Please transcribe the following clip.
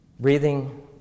breathing